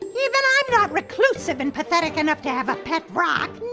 even i'm not reclusive and pathetic enough to have a pet rock.